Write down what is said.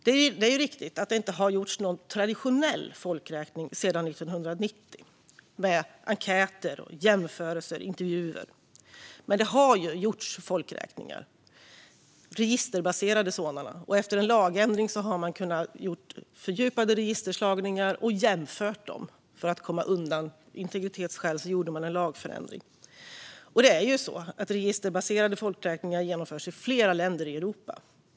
Det är riktigt att det inte har gjorts någon traditionell folkräkning med enkäter, jämförelser och intervjuer sedan 1990. Men det har ju gjorts folkräkningar, registerbaserade sådana. Efter en lagändring har man också kunnat göra fördjupade registerslagningar och jämföra dem. För att komma undan integritetsskäl gjorde man en lagändring. Registerbaserade folkräkningar genomförs i flera länder i Europa.